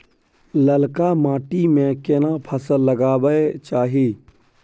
ललका माटी में केना फसल लगाबै चाही?